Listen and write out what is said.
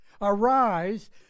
Arise